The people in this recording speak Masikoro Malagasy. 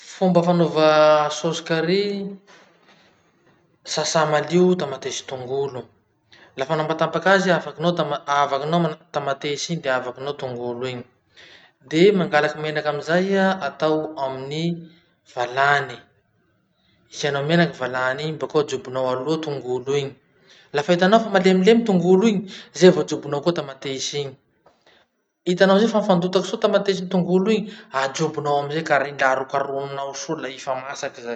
Fomba fanaova sôsy carrie: sasà malio tamatesy tongolo, lafa matapatapaky azy iha, afaky nao ta- aavakinao tamatesy iny de aavakinao tongolo iny, de mangala menaky amizay atao amin'ny valany, isianao menaky valany iny bakeo ajobonao aloha tongolo igny. Lafa hitanao fa malemilemy tongolo igny, zay vo ajobonao koa tamatesy igny. Hitanao amizay fa mifandotaky soa tamatesy no tongolo iny, ajobonao amizay carrie iny la harokarogninao soa la i fa masaky zay.